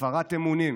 הפרת אמונים,